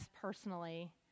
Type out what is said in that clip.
personally